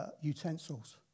utensils